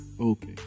okay